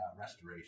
restoration